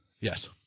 Yes